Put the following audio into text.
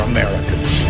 Americans